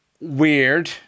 Weird